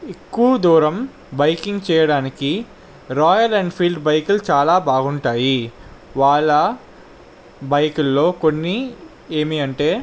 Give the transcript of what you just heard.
ఎక్కువ దూరం బైకింగ్ చేయడానికి రాయల్ ఎన్ఫీల్డ్ బైకులు చాల బాగుంటాయి వాళ్ళ బైకులలో కొన్ని ఏమిటి అంటే